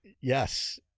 Yes